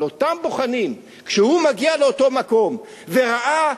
אבל כשאותו בוחן מגיע לאותו מקום והוא רואה,